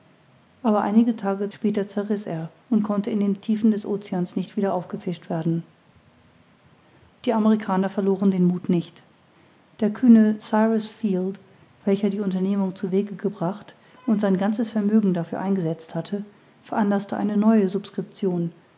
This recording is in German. aber einige tage später zerriß er und konnte in den tiefen des oceans nicht wieder aufgefischt werden die amerikaner verloren den muth nicht der kühne cyrus field welcher die unternehmung zu wege gebracht und sein ganzes vermögen dafür eingesetzt hatte veranlaßte eine neue subscription